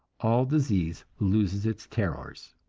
all disease loses its terrors.